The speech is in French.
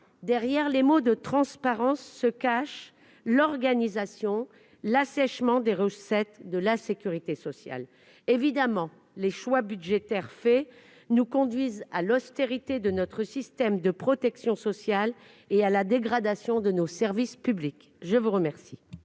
derrière le mot « transparence », se cache l'organisation de l'assèchement des recettes de la sécurité sociale. Les choix budgétaires arrêtés conduisent à l'austérité de notre système de protection sociale et à la dégradation de nos services publics. Quel